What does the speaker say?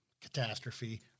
catastrophe